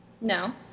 No